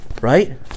Right